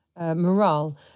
morale